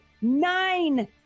Nine